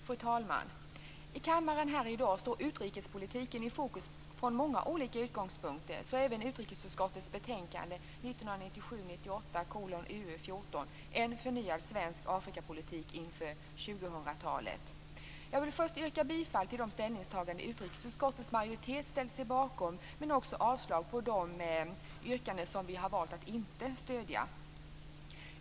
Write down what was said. Fru talman! I kammaren här i dag står utrikespolitiken i fokus från många olika utgångspunkter, och så även i utrikesutskottets betänkande 1997/98:UU14 En förnyad svensk Afrikapolitik inför 2000-talet. Jag vill först yrka bifall till de ställningstaganden som utrikesutskottets majoritet ställt sig bakom men också avslag på de yrkanden som vi har valt att inte stödja.